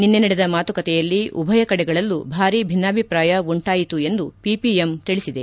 ನಿನ್ನೆ ನಡೆದ ಮಾತುಕತೆಯಲ್ಲಿ ಉಭಯ ಕಡೆಗಳಲ್ಲೂ ಭಾರೀ ಭಿನ್ನಾಭಿಪ್ರಾಯ ಉಂಟಾಯಿತು ಎಂದು ಪಿಪಿಎಂ ತಿಳಿಸಿದೆ